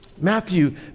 Matthew